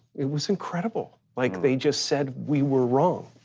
it was incredible, like they just said, we were wrong.